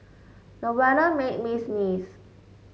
the weather made me sneeze